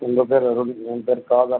உங்கள் பெயர் அருண் என் பெயர் காதர்